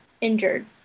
injured